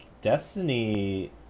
Destiny